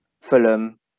fulham